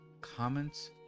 comments